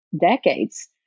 decades